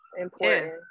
important